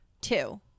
Two